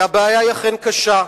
והבעיה היא אכן קשה.